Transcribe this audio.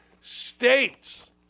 States